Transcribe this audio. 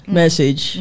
message